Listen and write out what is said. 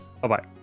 Bye-bye